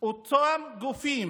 אותם גופים,